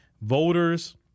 voters